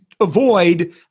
avoid